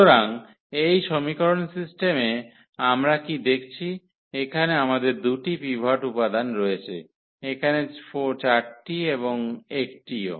সুতরাং এই সমীকরণ সিস্টেমের আমরা কি দেখছি এখানে আমাদের 2 টি পিভট উপাদান রয়েছে এখানে 4 টি এবং এই 1 টিও